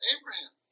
Abraham